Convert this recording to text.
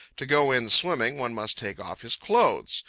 to go in swimming one must take off his clothes.